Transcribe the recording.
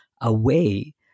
away